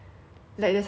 and when you go in